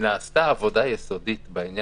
לפני